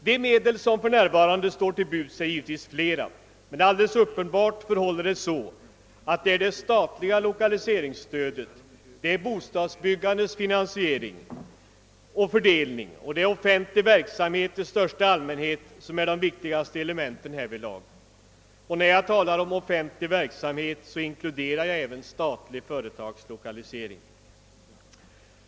De medel som där för närvarande står till buds är givetvis av flera slag. Det förhåller sig alldeles uppenbart så att det statliga lokaliseringsstödet, bostadsbyggandets fördelning samt den offentliga verksamheten i största allmänhet är de viktigaste elementen därvidlag. När jag talar om offentlig verksamhet inkluderar jag även statlig företagslokalisering.